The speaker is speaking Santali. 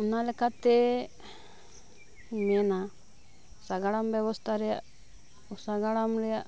ᱚᱱᱟ ᱞᱮᱠᱟᱛᱮ ᱢᱮᱱᱟ ᱥᱟᱜᱟᱲᱚᱢ ᱵᱮᱵᱚᱥᱛᱷᱟ ᱨᱮᱭᱟᱜ ᱚᱥᱟᱜᱟᱲᱚᱢ ᱨᱮᱭᱟᱜ